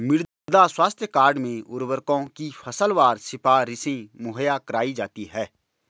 मृदा स्वास्थ्य कार्ड में उर्वरकों की फसलवार सिफारिशें मुहैया कराई जाती है